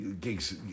gigs